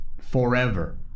forever